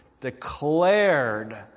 declared